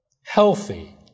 healthy